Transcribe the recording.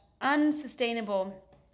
unsustainable